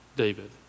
David